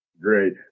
Great